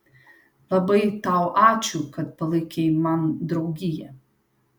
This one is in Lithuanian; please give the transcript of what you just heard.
labai tau ačiū kad palaikei man draugiją